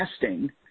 testing